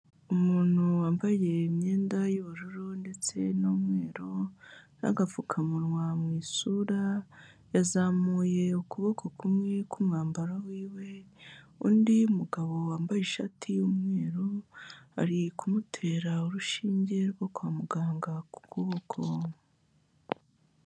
Umuntu wambaye imyenda y'ubururu ndetse n'umweru n'agapfukamunwa mu isura. Yazamuye ukuboko kumwe k'umwambaro wiwe, undi mugabo wambaye ishati y'umweru ari kumutera urushinge rwo kwa muganga ku kuboko.